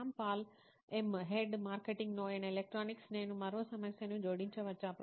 Shyam Pal I'm head marketing నోయిన్ electronics నేను మరో సమస్యను జోడించవచ్చా